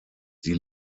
sie